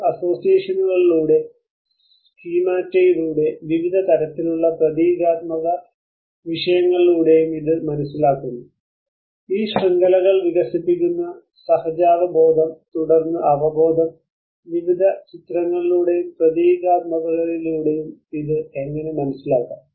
വിവിധ അസോസിയേഷനുകളിലൂടെ സ്കീമറ്റയിലൂടെ വിവിധ തരത്തിലുള്ള പ്രതീകാത്മക വശങ്ങളിലൂടെയും ഇത് മനസ്സിലാക്കുന്നു ഈ ശൃംഖലകൾ വികസിപ്പിക്കുന്ന സഹജാവബോധം തുടർന്ന് അവബോധം വിവിധ ചിത്രങ്ങളിലൂടെയും പ്രതീകാത്മകതയിലൂടെയും ഇത് എങ്ങനെ മനസ്സിലാക്കാം